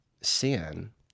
sin